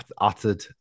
uttered